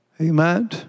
Amen